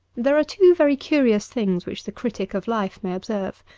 there are two very curious things which the critic of life may observe.